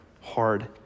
hard